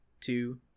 two